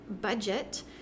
budget